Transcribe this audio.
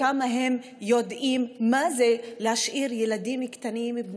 לכמה מהם יש נכדים וכמה מהם יודעים מה זה להשאיר ילדים קטנים,